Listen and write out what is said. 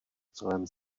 celém